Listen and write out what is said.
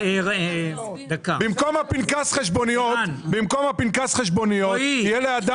במקום פנקס חשבוניות יהיה.